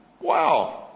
Wow